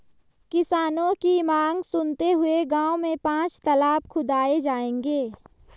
किसानों की मांग सुनते हुए गांव में पांच तलाब खुदाऐ जाएंगे